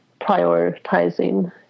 prioritizing